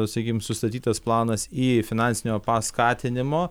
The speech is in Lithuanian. sakykim sustatytas planas į finansinio paskatinimo